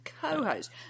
co-host